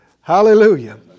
hallelujah